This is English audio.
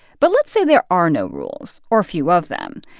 but let's say there are no rules, or few of them.